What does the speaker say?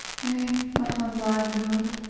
nay, not on thine beloved,